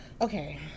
okay